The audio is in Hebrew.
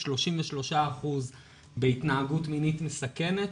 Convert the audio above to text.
33% בהתנהגות מינית מסכנת,